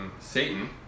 Satan